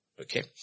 Okay